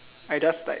I just like